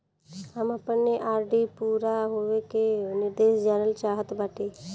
हम अपने आर.डी पूरा होवे के निर्देश जानल चाहत बाटी